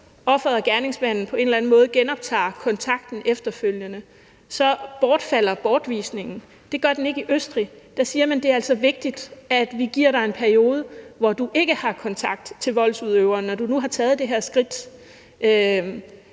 eller anden måde genoptager kontakten efterfølgende, så bortfalder bortvisningen. Det gør den ikke i Østrig; der siger man, at det altså er vigtigt at give offeret en periode, hvor vedkommende ikke har kontakt til voldsudøveren: Når du nu har taget det her skridt,